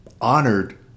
honored